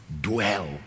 dwell